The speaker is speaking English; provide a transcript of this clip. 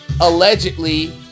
allegedly